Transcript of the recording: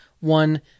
one